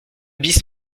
bis